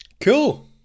cool